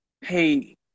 hey